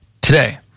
today